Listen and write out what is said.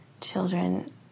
children